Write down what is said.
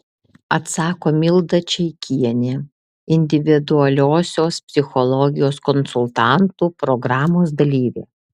atsako milda čeikienė individualiosios psichologijos konsultantų programos dalyvė